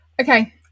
Okay